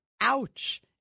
Ouch